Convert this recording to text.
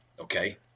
okay